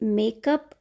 makeup